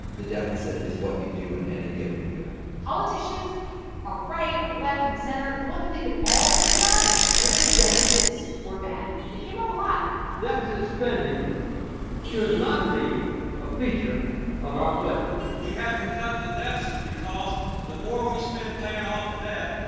the deficit is what you do in any given year politicians on the right, on the left, in the center the one thing they could all agree on was the deficits were bad. it came up a lot deficit spending should not be a feature of our budget we have to cut the deficit because the more we spend paying off the debt,